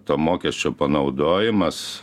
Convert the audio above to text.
to mokesčio panaudojimas